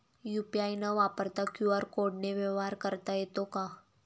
UPI न वापरता QR कोडने व्यवहार करता येतो का?